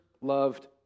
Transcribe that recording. loved